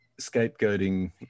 scapegoating